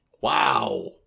wow